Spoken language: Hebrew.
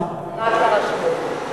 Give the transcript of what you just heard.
זה רק לרשויות.